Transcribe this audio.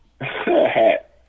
Hat